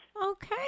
Okay